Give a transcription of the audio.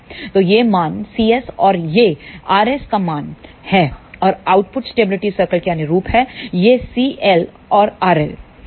तो यह मान cs है और यह r s का मान है और आउटपुट स्टेबिलिटी सर्कल केअनुरूप है ये cl और r l